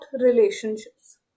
relationships